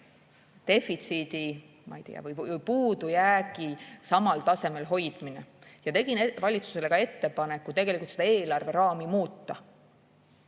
defitsiidi või puudujäägi samal tasemel hoidmine. Tegin valitsusele ka ettepaneku seda eelarve raami muuta,